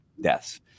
deaths